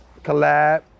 collab